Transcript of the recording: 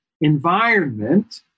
environment